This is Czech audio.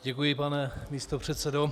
Děkuji, pane místopředsedo.